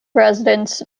residents